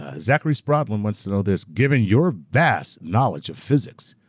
ah zachary sprodlin wants to know this given your vast knowledge of physics,